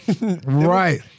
Right